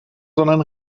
sondern